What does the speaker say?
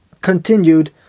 continued